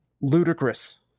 ludicrous